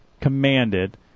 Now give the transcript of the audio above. commanded